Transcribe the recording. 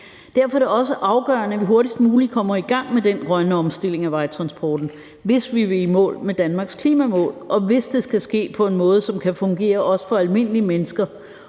Derfor er det også afgørende, at vi hurtigst muligt kommer i gang med den grønne omstilling af vejtransporten, hvis vi vil i mål med Danmarks klimamål, og hvis det skal ske på en måde, som også kan fungere for almindelige mennesker